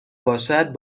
باشد